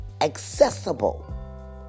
accessible